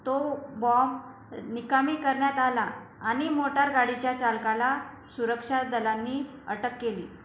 तो बॉम्ब निकामी करण्यात आला आणि मोटारगाडीच्या चालकाला सुरक्षादलांनी अटक केली